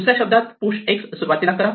दुसऱ्या शब्दात push x सुरुवातीला करा